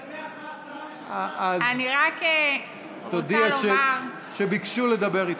אני מדווח מה השרה, תודיע שביקשו לדבר איתך.